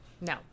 No